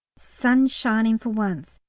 sun shining for once,